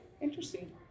Interesting